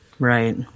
Right